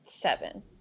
seven